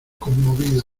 conmovido